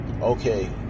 okay